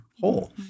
whole